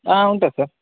ఉంటది సార్